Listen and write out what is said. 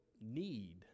need